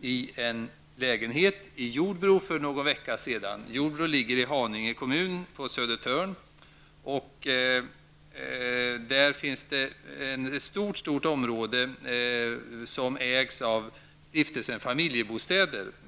i en lägenhet i Jordbro för någon vecka sedan. Jordbro ligger i Haninge kommun på Södertörn. Där finns ett stort område som ägs av Stiftelsen Familjebostäder.